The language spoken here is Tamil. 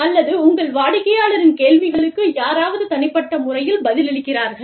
அல்லது உங்கள் வாடிக்கையாளர்களின் கேள்விகளுக்கு யாராவது தனிப்பட்ட முறையில் பதிலளிக்கிறார்கள்